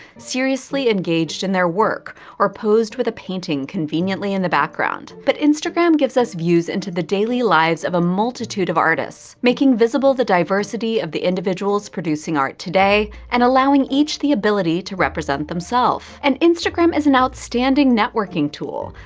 seriously engaged in their work or posed with a painting conveniently in the background. but instagram gives us views into the daily lives of a multitude of artists, making visible the diversity of the individuals producing art today, and allowing each the ability to represent themself. and instagram is an outstanding networking tool,